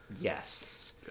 Yes